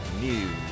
News